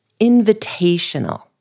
invitational